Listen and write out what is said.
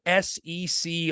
SEC